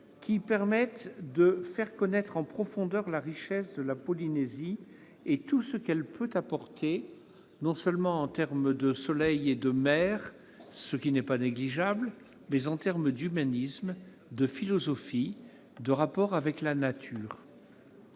qui permette de faire connaître en profondeur la richesse de la Polynésie et tout ce qu'elle peut apporter en termes non seulement de soleil et de mer, ce qui n'est pas négligeable, mais aussi d'humanisme, de philosophie et de rapport avec la nature.